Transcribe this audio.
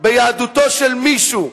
ביהדותו של מישהו.